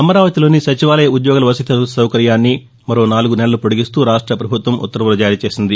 అమరావతిలోని సచివాలయ ఉద్యోగుల వసతి సౌకర్యాన్ని మరో నాలుగు నెలలు పొడిగిస్తూ రాష్ట ప్రభుత్వం ఉత్తర్వులు జారీ చేసింది